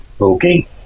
Okay